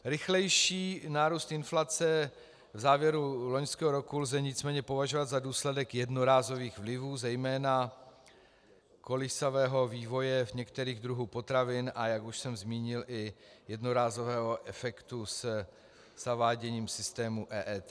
Rychlejší nárůst inflace v závěru loňského roku lze nicméně považovat za důsledek jednorázových vlivů, zejména kolísavého vývoje některých druhů potravin, a jak už jsem zmínil, i jednorázového efektu vyvolaného zaváděním systému EET.